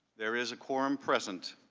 there is a quorum present.